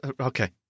Okay